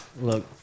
Look